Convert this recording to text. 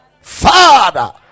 father